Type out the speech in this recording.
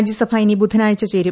രാജ്യസഭ ഇനി ബുധനാഴ്ച ചേരും